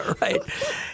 right